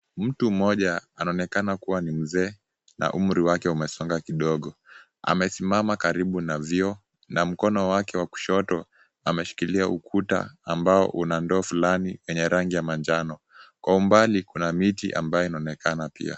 Mtu mmoja, anaonekana kuwa ni mzee, na umri wake umesonga kidogo . Amesimama karibu na vyoo na mkono wake wa kushoto , ameshikilia ukuta ambao una ndoo fulani yenye rangi ya manjano. Kwa umbali ,kuna miti ambayo inaonekana pia.